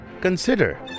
Consider